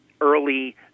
early